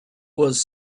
was